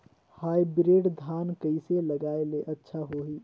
Hybrid धान कइसे लगाय ले अच्छा होही?